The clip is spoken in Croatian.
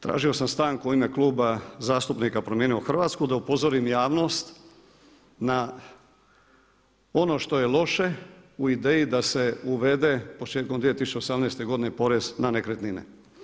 Tražio sam stanku u ime Kluba zastupnika Promijenimo Hrvatsku da upozorim javnost na ono što je loše u ideji da se uvede, početkom 2018. godine porez na nekretnine.